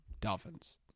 Dolphins